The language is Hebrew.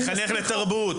תחנך לתרבות,